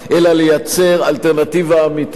אלא לייצר אלטרנטיבה אמיתית,